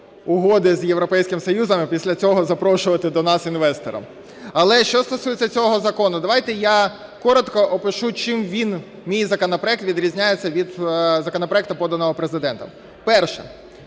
з Європейським Союзом, а після цього запрошувати до нас інвесторів. Але що стосується цього закону, давайте я коротко опишу, чим мій законопроект відрізняється від законопроекту поданого Президентом. Перше: